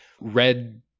red